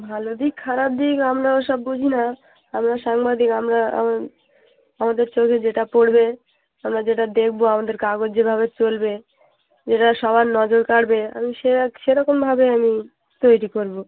ভালো দিক খারাপ দিক আমরা ওসব বুঝি না আমরা সাংবাদিক আমরা আম আমাদের স্টোরি যেটা পড়বে আমরা যেটা দেখবো আমাদের কাগজ যেভাবে চলবে যেটা সবার নজর কাড়বে আমি সে সেরকমভাবে আমি তৈরি করবো